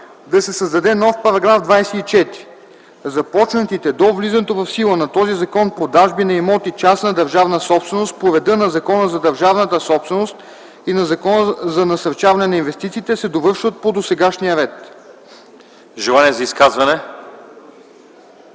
да се създаде нов § 24: „§ 24. Започнатите до влизането в сила на този закон продажби на имоти – частна държавна собственост, по реда на Закона за държавната собственост и на Закона за насърчаване на инвестициите, се довършват по досегашния ред.” ПРЕДСЕДАТЕЛ